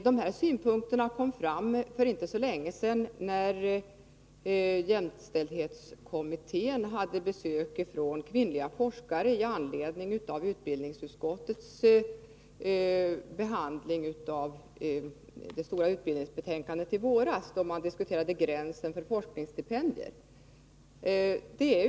Dessa synpunkter kom fram för inte så länge sedan när jämställdhetskommittén hade besök från kvinnliga forskare i samband med att utbildningsutskottet arbetade fram det stora utbildningsbetänkandet i våras, då gränsen för forskningsstipendier diskuterades.